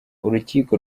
urukiko